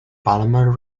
palmer